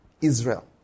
Israel